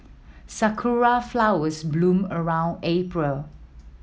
sakura flowers bloom around April